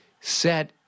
set